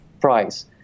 price